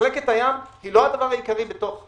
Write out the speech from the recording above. מחלקת הים היא לא הדבר העיקרי בתוך נמל.